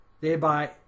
Thereby